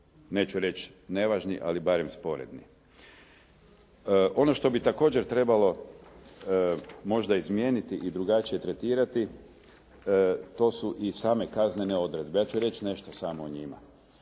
neću reći nevažni ali barem sporedni. Ono što bi također trebalo možda izmijeniti i drugačije tretirati to su i same kaznene odredbe. Ja ću reći nešto samo o njima.